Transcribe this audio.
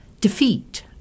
defeat